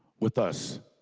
with us.